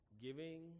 giving